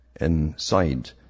inside